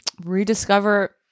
rediscover